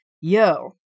yo